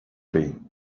been